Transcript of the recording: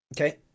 Okay